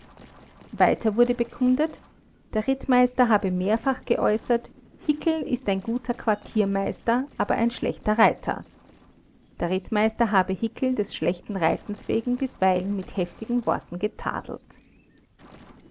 weiter wurde bekundet der rittmeister habe mehrfach geäußert hickel ist ein guter quartiermeister aber ein schlechter reiter der rittmeister habe hickel des schlechten reitens wegen bisweilen mit heftigen worten